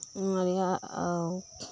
ᱱᱚᱶᱟ ᱨᱮᱭᱟᱜ